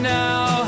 now